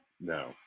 no